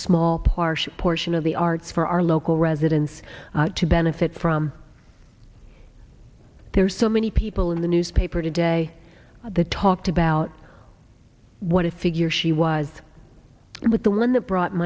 small partial portion of the arts for our local residents to benefit from there's so many people in the newspaper today the talked about what a figure she was with the one that brought